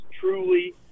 truly